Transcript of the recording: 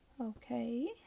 Okay